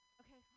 okay